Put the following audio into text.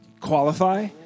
qualify